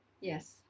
Yes